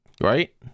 right